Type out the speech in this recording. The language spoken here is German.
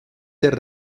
der